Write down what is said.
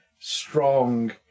strong